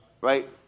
right